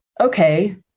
okay